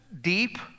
deep